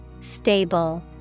Stable